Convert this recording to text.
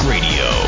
Radio